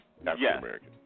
African-American